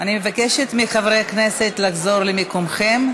אני מבקשת מחברי הכנסת לחזור למקומכם.